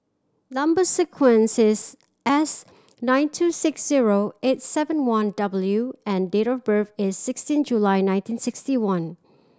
number sequence is S nine two six zero eight seven one W and date of birth is sixteen July nineteen sixty one